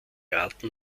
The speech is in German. arten